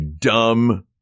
dumb